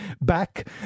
back